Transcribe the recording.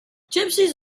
gypsies